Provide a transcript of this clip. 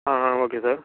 ஆ ஆ okay sir